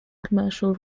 commercial